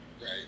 Right